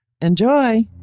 enjoy